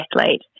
athlete